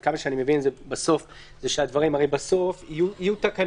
עד כמה שאני מבין הרי בסוף יהיו תקנות